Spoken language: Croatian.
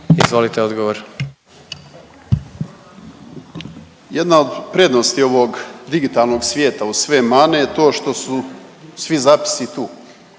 Nino (MOST)** Jedna od prednosti ovog digitalnog svijeta uz sve mane je to što su svi zapisi tu.